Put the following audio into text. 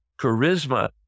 Charisma